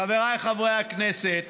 חבריי חברי הכנסת,